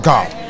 God